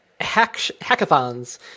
hackathons